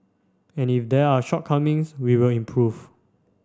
and if there are shortcomings we will improve